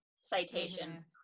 citation